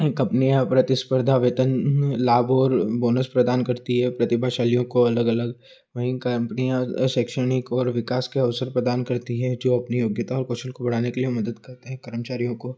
एक अपने यहाँ प्रतिस्पर्धा वेतन लाभ और बोनस प्रदान करती है प्रतिभाशालियों को अलग अलग वहीं कम्पनियाँ शैक्षणिक और विकास के अवसर प्रदान करती है जो अपनी योग्यता और कौशल को बढ़ाने के लिए मदद करते हैं कर्मचारियों को